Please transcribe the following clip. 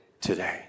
today